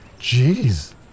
jeez